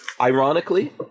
Ironically